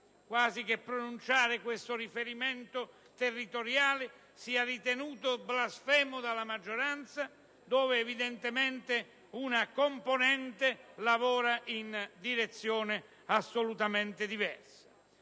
quasi che pronunciare questo riferimento territoriale sia ritenuto blasfemo dalla maggioranza dove, evidentemente, una componente lavora in direzione assolutamente diversa.